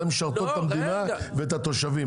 הן משרתות את המדינה ואת התושבים.